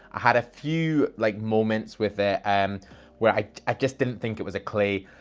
i had a few like moments with it and where i i just didn't think it was a clay.